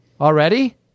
already